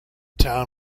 town